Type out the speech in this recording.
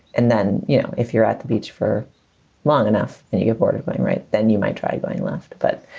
and then, you know, if you're at the beach for long enough, then you get sort of right then you might try going left. but